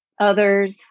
others